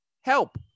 help